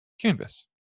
canvas